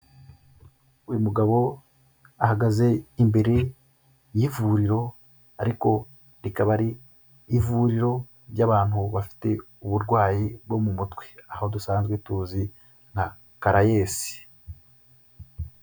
Uyu mugabo ahagaze imbere y'ivuriro ariko rikaba ari ivuriro ry'abantu bafite uburwayi bwo mu mutwe, aho dusanzwe tuzi nka Caraes.